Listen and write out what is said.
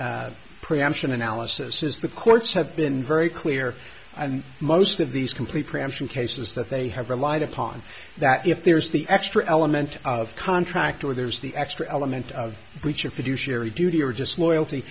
preemption analysis is the courts have been very clear and most of these complete preemption cases that they have relied upon that if there's the extra element of contract or there's the extra element of breach of fiduciary duty or just loyalty